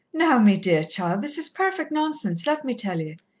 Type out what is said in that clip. now, me dear child, this is perfect nonsense, let me tell ye.